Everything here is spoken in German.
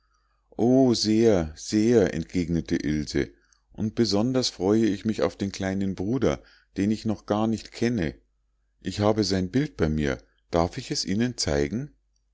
sehr sehr entgegnete ilse und besonders freue ich mich auf den kleinen bruder den ich noch gar nicht kenne ich habe sein bild bei mir darf ich es ihnen zeigen